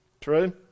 True